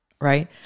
right